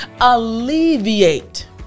alleviate